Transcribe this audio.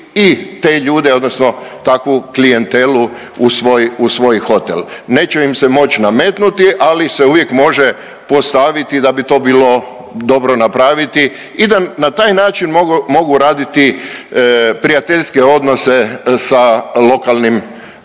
i te ljude odnosno takvu klijentelu u svoj hotel. Neće im se moć nametnuti, ali se uvijek može postaviti da bi to bilo dobro napraviti i da na taj način mogu raditi prijateljske odnose sa lokalnim stanovništvom